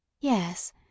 Yes